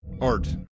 Art